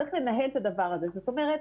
צריך לנהל את הדבר הזה, זאת אומרת